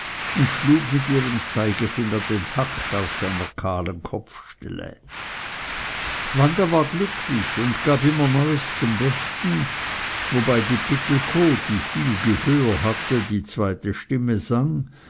und schlug mit ihrem zeigefinger den takt auf seiner kahlen kopfstelle wanda war glücklich und gab immer neues zum besten wobei die pittelkow die viel gehör hatte die zweite stimme sang